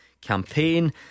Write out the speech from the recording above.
campaign